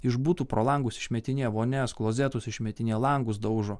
iš butų pro langus išmetinėja vonias klozetus išmetinėja langus daužo